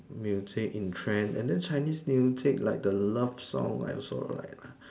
music in trend and then Chinese music like the love song I also like lah